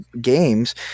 games